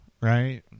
right